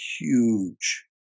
huge